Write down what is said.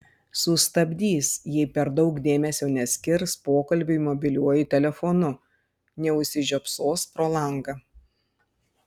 sustabdys jei per daug dėmesio neskirs pokalbiui mobiliuoju telefonu neužsižiopsos pro langą